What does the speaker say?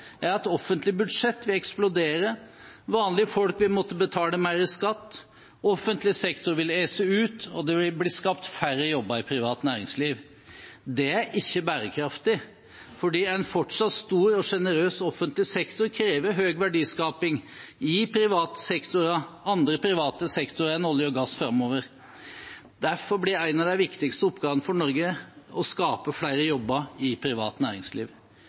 er et alternativ som sier nei til private bidrag i velferdstjenestene, nei til viktige reformer og nei takk til selve livsforsikringen for norsk velferd og næringsliv, EØS-avtalen. Konsekvensen av nei, nei og atter nei er at offentlige budsjetter vil eksplodere, vanlige folk vil måtte betale mer i skatt, offentlig sektor vil ese ut, og det vil bli skapt færre jobber i privat næringsliv. Det er ikke bærekraftig, fordi en fortsatt stor og generøs offentlig sektor krever høy verdiskaping i andre private